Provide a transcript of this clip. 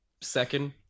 second